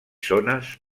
zones